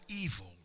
evil